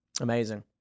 Amazing